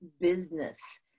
business